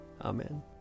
Amen